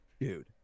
Dude